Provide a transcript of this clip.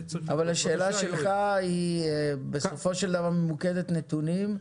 השאלה שלך היא בסופו של דבר ממוקדת נתונים.